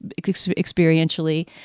experientially